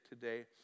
today